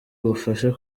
ubufasha